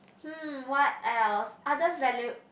hmm what else other value